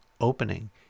opening